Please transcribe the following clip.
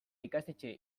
ikastetxe